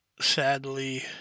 sadly